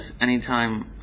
anytime